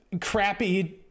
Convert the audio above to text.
crappy